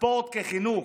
הספורט כחינוך.